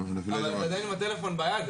אבל אתה עדיין עם הטלפון ביד.